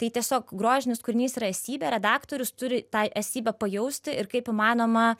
tai tiesiog grožinis kūrinys yra esybė redaktorius turi tai esybę pajausti ir kaip įmanoma